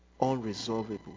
unresolvable